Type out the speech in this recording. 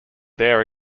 there